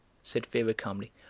said vera calmly.